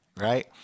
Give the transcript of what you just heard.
Right